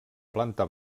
planta